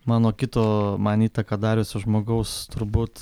mano kito man įtaką dariusio žmogaus turbūt